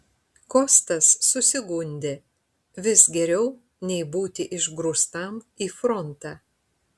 kostas susigundė vis geriau nei būti išgrūstam į frontą